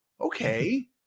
okay